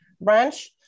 branch